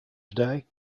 today